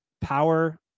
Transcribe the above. power